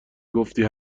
گفتی